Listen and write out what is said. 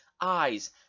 eyes